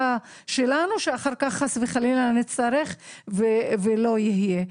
שלנו שאולי חס וחלילה נצטרך בעתיד ולא יהיה לנו.